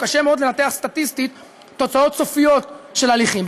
קשה מאוד לנתח סטטיסטית תוצאות סופיות של הליכים,